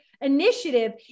initiative